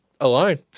alone